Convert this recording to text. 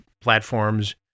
platforms